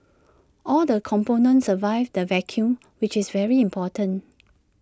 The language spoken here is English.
all the components survived the vacuum which is very important